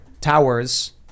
tower's